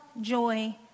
joy